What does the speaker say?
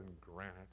granite